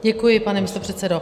Děkuji, pane místopředsedo.